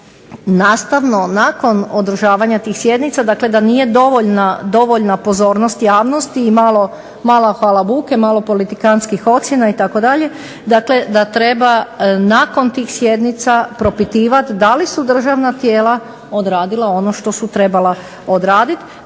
da nastavno nakon održavanja tih sjednica, dakle da nije dovoljna pozornost javnosti i malo halabuke, malo politikantskih ocjena itd., dakle da treba nakon tih sjednica propitivati da li su državna tijela odradila ono što su trebala odraditi,